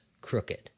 crooked